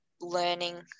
learning